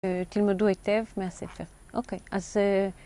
תלמדו היטב, מהספר, או קי. אז...